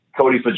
Cody